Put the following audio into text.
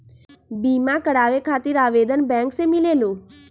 बिमा कराबे खातीर आवेदन बैंक से मिलेलु?